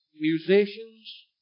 musicians